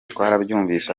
twarabyumvise